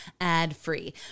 ad-free